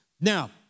Now